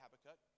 Habakkuk